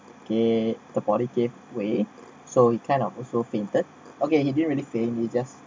K the party gave way so you kind of also fainted okay he didn't really faint he just